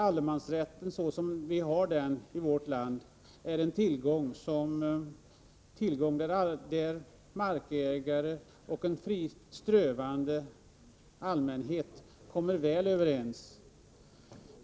Allemansrätten som den är utformad i vårt land är en tillgång, och markägare och en fritt strövande allmänhet kommer väl överens.